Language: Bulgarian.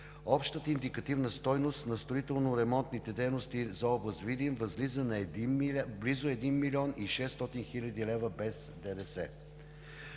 Общата индикативна стойност на строително-ремонтните дейности за област Монтана е близо 1 млн. 900 хил. лв. без ДДС.